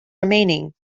remaining